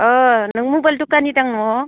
नों मबाइल दखानि दां न